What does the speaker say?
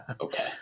okay